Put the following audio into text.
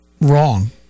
wrong